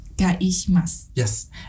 Yes